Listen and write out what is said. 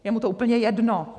Je mu to úplně jedno.